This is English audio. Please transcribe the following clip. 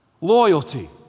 loyalty